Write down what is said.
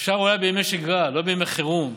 אפשר אולי בימי שגרה, לא בימי חירום,